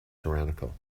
tyrannical